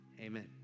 amen